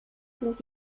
sind